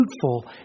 fruitful